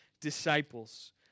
disciples